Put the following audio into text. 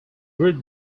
root